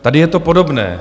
Tady je to podobné.